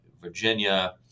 Virginia